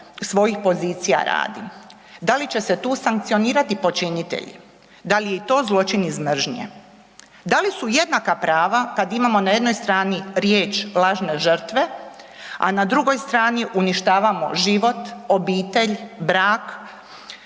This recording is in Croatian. svojih pozicija radi? Da li će se tu sankcionirati počinitelji? Da li je i to zločin iz mržnje? Da li su jednaka prava kada imamo na jednoj strani riječ lažne žrtve, a na drugoj strani uništavamo život, obitelj, brak,